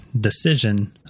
decision